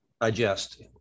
digest